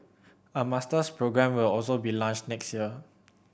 a masters programme will also be launched next year